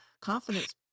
Confidence